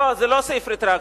לא, זה לא סעיף רטרואקטיבי,